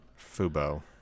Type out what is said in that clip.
Fubo